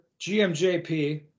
GMJP